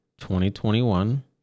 2021